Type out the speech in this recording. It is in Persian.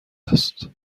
است